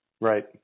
right